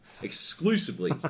exclusively